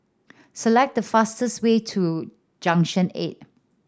select the fastest way to Junction Eight